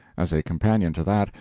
as a companion to that,